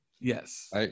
yes